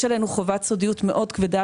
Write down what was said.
יש עלינו חובת סודיות מאוד כבדה,